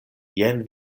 jen